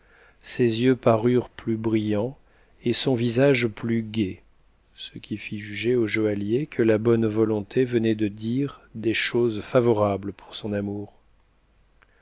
ses yeux parurent plus brillants et son visage plus gai ce qui fit juger au joaillier que la bonne esclave venait de dire des choses favorables pour son amour